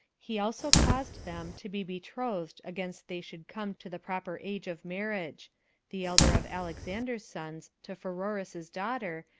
he also caused them to be betrothed against they should come to the proper age of marriage the elder of alexander's sons to pheroras's daughter,